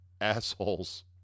assholes